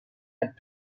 had